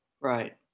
Right